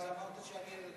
ואמרת שאני,